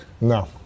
no